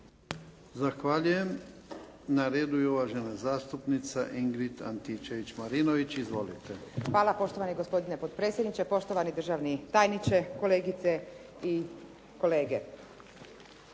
Zahvaljujem. Na redu je uvažena zastupnica Ingrid Antičević-Marinović. **Antičević Marinović, Ingrid (SDP)** Hvala poštovani gospodine potpredsjedniče, poštovani državni tajniče, kolegice i kolege.